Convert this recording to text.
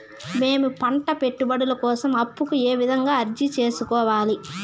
మేము పంట పెట్టుబడుల కోసం అప్పు కు ఏ విధంగా అర్జీ సేసుకోవాలి?